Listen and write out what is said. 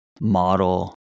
model